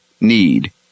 need